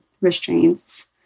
restraints